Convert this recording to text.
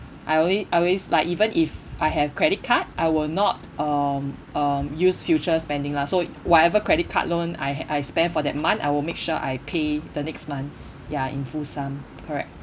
I only I always like even if I have credit card I will not um um use future spending lah so whatever credit card loan I I spend for that month I will make sure I pay the next month ya in full sum correct